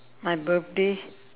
my birthday